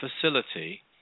facility